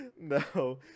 no